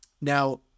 Now